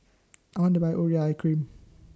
I want to Buy Urea Cream